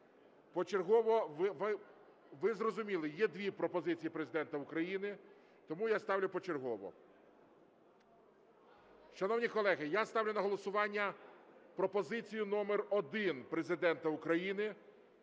Почергово, ви зрозуміли, є дві пропозиції Президента України, тому я ставлю почергово. Шановні колеги, я ставлю на голосування пропозицію номер один Президента України